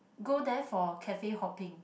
go there for cafe hopping